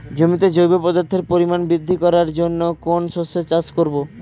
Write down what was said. জমিতে জৈব পদার্থের পরিমাণ বৃদ্ধি করার জন্য কোন শস্যের চাষ করবো?